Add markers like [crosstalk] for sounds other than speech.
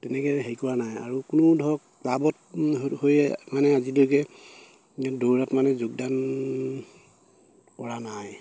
তেনেকে হেৰি কৰা নাই আৰু কোনো ধৰক ক্লাৱত [unintelligible] হৈ মানে আজিলৈকে দৌৰত মানে যোগদান কৰা নাই